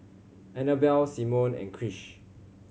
Annabell Simone and Krish